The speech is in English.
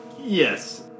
Yes